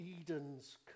Eden's